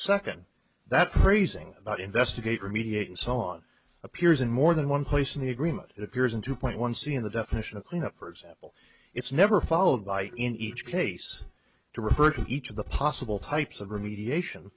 second that phrasing not investigate remediate and so on appears in more than one place in the agreement it appears in two point one c in the definition of clean up for example it's never followed by in each case to refer to each of the possible types of remediation